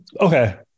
Okay